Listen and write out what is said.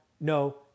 no